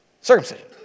circumcision